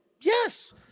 yes